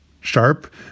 sharp